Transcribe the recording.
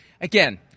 again